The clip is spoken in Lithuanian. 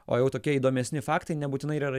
o jau tokie įdomesni faktai nebūtinai ir yra